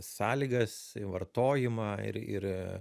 sąlygas į vartojimą ir ir